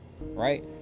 Right